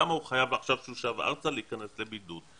למה הוא חייב עכשיו כשהוא שב ארצה להיכנס לבידוד.